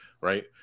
Right